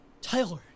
Tyler